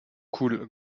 coule